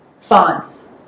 fonts